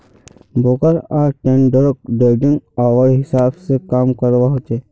broker आर ट्रेडररोक trading hour हिसाब से काम करवा होचे